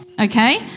okay